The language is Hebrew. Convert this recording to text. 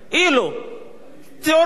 אבל היה לזה סיכוי הרבה יותר גדול,